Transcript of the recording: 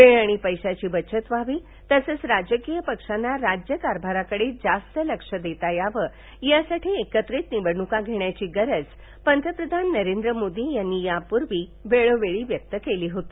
वेळ आणि पैशाची बचत व्हावी तसंच राजकीय पक्षांना राज्यकारभाराकडे जास्त लक्ष देता यावं यासाठी एकत्रित निवडणुका घेण्याची गरज पंतप्रधान नरेंद्र मोदी यांनी यापूर्वी वेळोवेळी व्यक्त केली होती